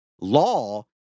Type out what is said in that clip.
Law